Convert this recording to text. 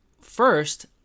first